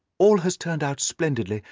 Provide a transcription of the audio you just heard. all has turned out splendidly.